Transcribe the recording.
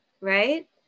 right